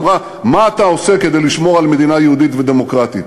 אמרה: מה אתה עושה כדי לשמור על מדינה יהודית ודמוקרטית?